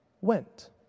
went